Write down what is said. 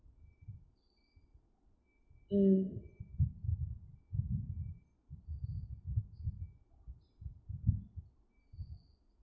mm